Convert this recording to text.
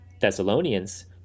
Thessalonians